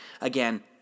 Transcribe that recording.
again